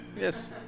Yes